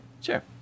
sure